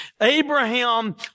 Abraham